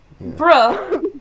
bro